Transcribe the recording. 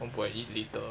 one point eight litre ah